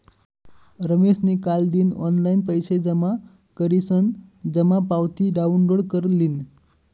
रमेशनी कालदिन ऑनलाईन पैसा जमा करीसन जमा पावती डाउनलोड कर लिनी